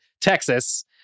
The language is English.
Texas